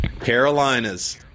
Carolinas